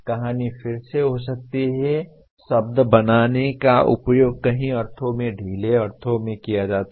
कहानी फिर से हो सकती है शब्द बनाने का उपयोग कई अर्थों में ढीले अर्थों में किया जाता है